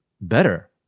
better